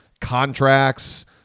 contracts